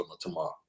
tomorrow